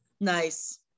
Nice